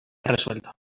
resuelto